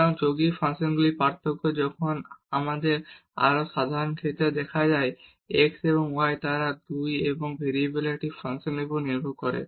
সুতরাং যৌগিক ফাংশনগুলির পার্থক্য যখন আমাদের আরও সাধারণ ক্ষেত্রে দেখা যায় যে x এবং y তারা 2 এবং ভেরিয়েবলের একটি ফাংশনের উপর নির্ভর করে